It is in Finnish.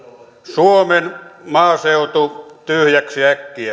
suomen maaseutu tyhjäksi